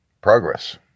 progress